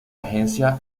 agencia